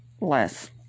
less